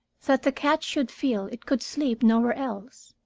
that the cat should feel it could sleep nowhere else.